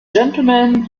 gentlemen